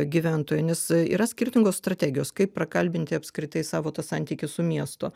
gyventojai nes yra skirtingos strategijos kaip prakalbinti apskritai savo tą santykį su miestu